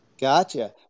Gotcha